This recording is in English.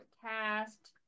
cast